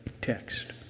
text